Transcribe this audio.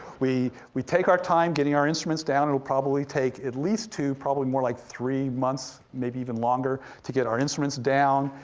we we take our time getting our instruments down, it'll probably take at least two, probably more like three months, maybe even longer to get our instruments down.